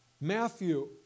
Matthew